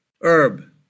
herb